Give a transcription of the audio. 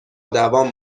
دوام